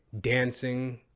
dancing